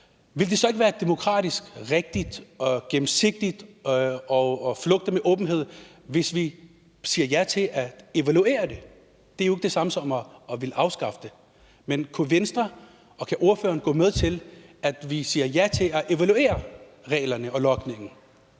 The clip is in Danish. ville det så ikke være demokratisk rigtigt og gennemsigtigt og flugte med åbenhed, hvis vi siger ja til at evaluere det? Det er jo ikke det samme som at ville afskaffe det. Men kan Venstre og kan ordføreren gå med til, at vi siger ja til at evaluere reglerne og logningen?